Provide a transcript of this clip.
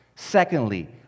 Secondly